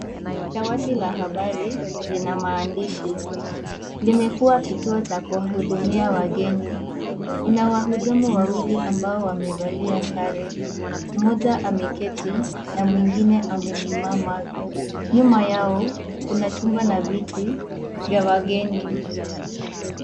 Dawati la habari, lina maandishi ,limekuwa kituo cha kuwahudumia wageni. Kuna wahudumu wawili ambao wamevalia sare. Mmoja ameketi na mwingine amesimama. Nyuma yao, kuna chumba na viti vya wageni.